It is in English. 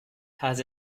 has